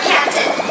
Captain